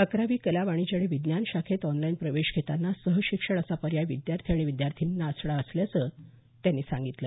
अकरावी कला वाणिज्य आणि विज्ञान शाखेत आॅनलाईन प्रवेश घेतांना सहशिक्षण असा पर्याय विद्यार्थी आणि विद्यार्थिनींना असणार असल्याचं त्यांनी सांगितलं